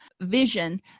vision